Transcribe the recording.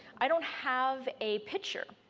i don't have a picture.